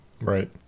Right